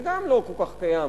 גם זה לא כל כך קיים